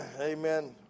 Amen